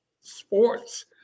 sports